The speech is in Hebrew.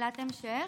שאלת המשך.